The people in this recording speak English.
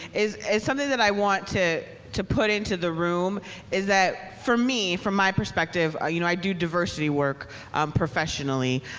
it's something that i want to to put into the room is that for me, from my perspective, i you know i do diversity work professionally.